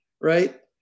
right